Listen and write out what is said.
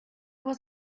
was